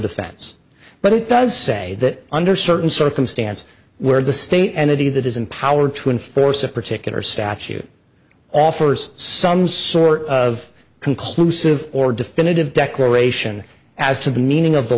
defense but it does say that under certain circumstance where the state entity that is empowered to enforce a particular statute offers some sort of conclusive or definitive declaration as to the meaning of the